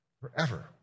forever